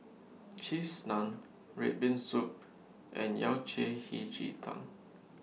Cheese Naan Red Bean Soup and Yao Cai Hei Ji Tang